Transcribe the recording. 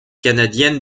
canadienne